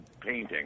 painting